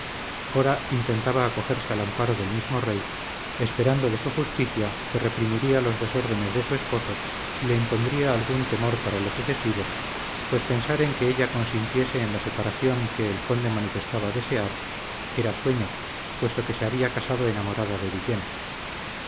ora intentaba acogerse al amparo del mismo rey esperando de su justicia que reprimiría los desórdenes de su esposo y le impondría algún temor para lo sucesivo pues pensar en que ella consintiese en la separación que el conde manifestaba desear era sueño puesto que se había casado enamorada de villena